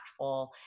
impactful